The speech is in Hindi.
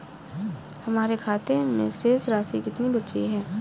हमारे खाते में शेष राशि कितनी बची है?